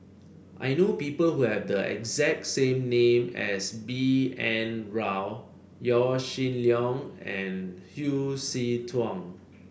I know people who have the exact same name as B N Rao Yaw Shin Leong and Hsu Tse Kwang